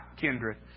kindred